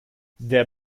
der